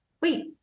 wait